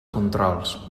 controls